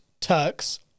Turks